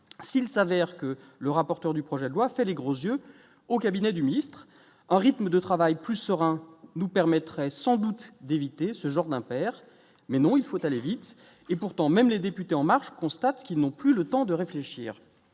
s'il s'avère que le rapporteur du projet de loi fait les gros yeux au cabinet du ministre-au rythme de travail plus serein nous permettrait sans doute d'éviter ce genre d'père mais non, il faut aller vite et pourtant même les députés en marche, constate qu'ils n'ont plus le temps de réfléchir,